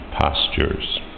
pastures